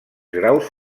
graus